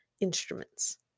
instruments